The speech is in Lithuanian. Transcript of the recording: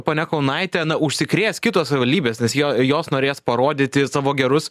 ponia kaunaitė na užsikrės kitos savivaldybės nes jo jos norės parodyti savo gerus